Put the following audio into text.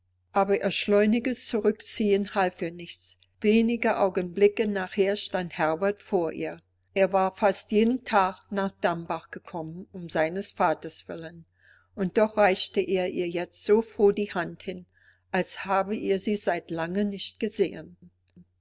aber ihr schleuniges zurückziehen half ihr nichts wenige augenblicke nachher stand herbert vor ihr er war fast jeden tag nach dambach gekommen um seines vaters willen und doch reichte er ihr jetzt so froh die hand hin als habe er sie seit lange nicht gesehen